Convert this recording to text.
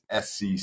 SC